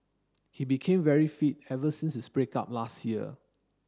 he became very fit ever since his break up last year